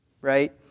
right